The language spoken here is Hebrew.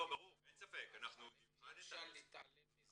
אי אפשר להתעלם מזה.